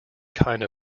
kind